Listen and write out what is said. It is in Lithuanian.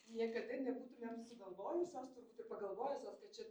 niekada nebūtumėm sugalvojusios turbūt ir pagalvojusios kad čia